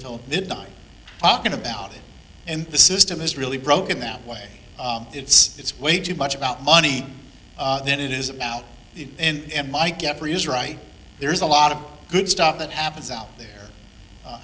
till midnight talking about it and the system is really broken that way it's it's way too much about money than it is about it and my keppra is right there is a lot of good stuff that happens out there